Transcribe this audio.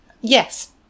Yes